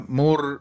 more